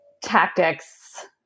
tactics